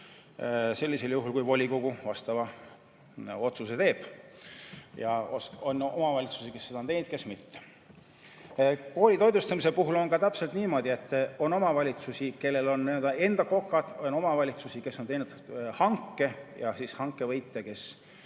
sellisel juhul, kui volikogu vastava otsuse teeb. On omavalitsusi, kes seda on teinud, ja neid, kes mitte. Koolitoitlustamise puhul on ka niimoodi, et on omavalitsusi, kellel on enda kokad, ja on omavalitsusi, kes on teinud hanke ja hanke võitja